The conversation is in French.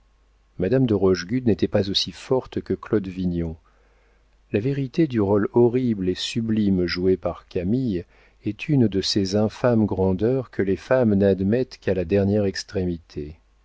madame de rochegude n'était pas aussi forte que claude vignon la vérité du rôle horrible et sublime joué par camille est une de ces infâmes grandeurs que les femmes n'admettent qu'à la dernière extrémité